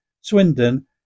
Swindon